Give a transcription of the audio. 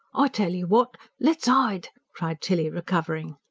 i tell you what let's ide! cried tilly, recovering.